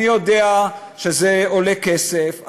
אני יודע שזה עולה כסף,